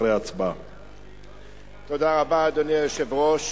אדוני היושב-ראש,